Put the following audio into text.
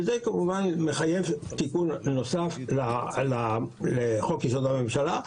וזה כמובן מחייב תיקון נוסף לחוק יסוד: הממשלה,